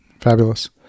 Fabulous